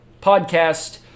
podcast